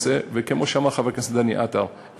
וכמו שאמר חבר הכנסת דני עטר,